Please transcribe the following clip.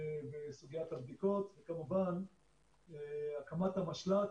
וסוגיית הבדיקות, וכמובן הקמת המשל"ט,